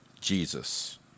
Jesus